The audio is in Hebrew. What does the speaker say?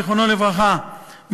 זיכרונו לברכה,